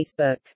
Facebook